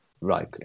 right